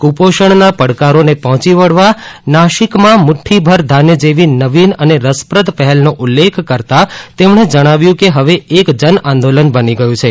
કુપોષણના પડકારોને પહોંચી વળવા નાખિકમાં મુટ્ટીબર ધાન્ય જેવી નવીન અને રસપ્રદ પહેલનો ઉલ્લેખ કરતા તેમણે જણાવ્યું કે હવે એક જન આંદોલન બની ગયું છે